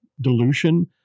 dilution